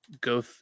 Go